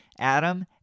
adam